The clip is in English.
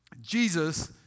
Jesus